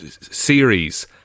series